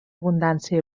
abundància